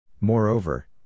Moreover